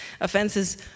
Offenses